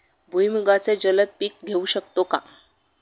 भुईमुगाचे जलद पीक घेऊ शकतो का?